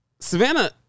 Savannah